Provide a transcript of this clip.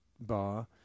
bar